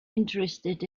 interested